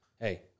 hey